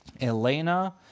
Elena